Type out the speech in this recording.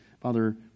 Father